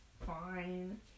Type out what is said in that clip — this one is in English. fine